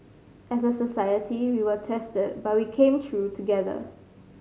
as a society we were tested but we came through together